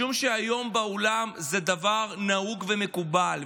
משום שהיום בעולם זה דבר נהוג ומקובל.